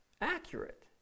accurate